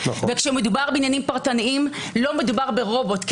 וכשמדובר בעניינים פרטניים לא מדובר ברובוט.